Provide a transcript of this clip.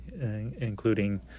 including